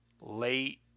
late